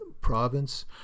province